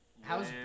How's